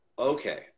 okay